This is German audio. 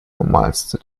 normalste